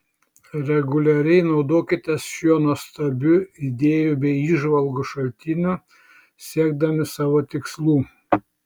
reguliariai naudokitės šiuo nuostabiu idėjų bei įžvalgų šaltiniu siekdami savo tikslų